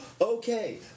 Okay